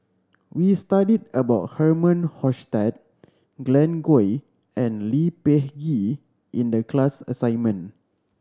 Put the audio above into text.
we studied about Herman Hochstadt Glen Goei and Lee Peh Gee in the class assignment